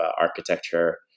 architecture